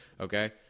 Okay